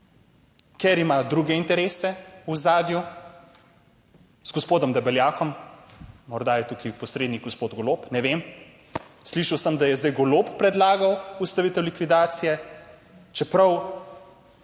ker ima druge interese v ozadju z gospodom Debeljakom, morda je tukaj posrednik gospod Golob, ne vem. Slišal sem, da je zdaj Golob predlagal ustavitev likvidacije, čeprav